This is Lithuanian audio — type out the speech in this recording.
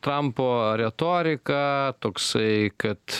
trampo retorika toksai kad